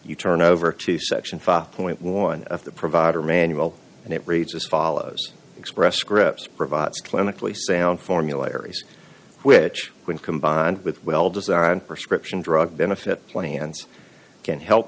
you turn over to section five point one of the provider manual and it reads as follows express scripts provides clinically sound formularies which when combined with well designed prescription drug benefit plans can help